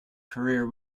career